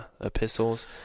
epistles